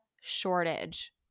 shortage